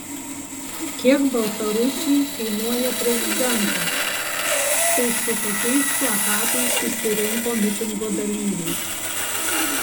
kiek baltarusiui kainuoja prezidentas štai su tokiais plakatais susirinko mitingo dalyviai